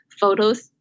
photos